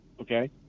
Okay